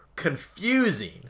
confusing